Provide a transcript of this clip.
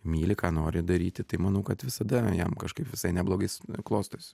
myli ką nori daryti tai manau kad visada jam kažkaip visai neblogai klostosi